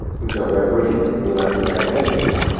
which are vibrations in the electromagnetic field.